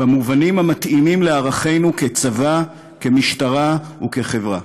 במובנים המתאימים לערכינו כצבא, כמשטרה וכחברה.